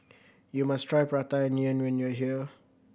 you must try Prata Onion when you are here